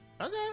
Okay